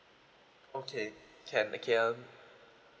okay can okay um